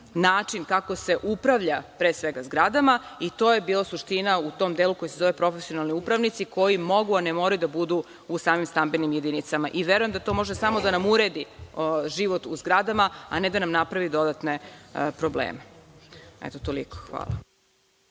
način kako se upravlja pre svega zgradama i to je bila suština u tom delu koji se zove profesionalni upravnici koji mogu, a ne moraju da budu u samim stambenim jedinicama. Verujem da to može samo da nam uredi život u zgradama, a ne da nam napravi dodatne probleme. Hvala.